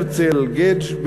הרצל גדז',